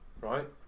right